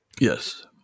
Yes